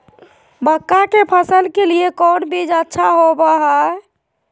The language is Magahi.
मक्का के फसल के लिए कौन बीज अच्छा होबो हाय?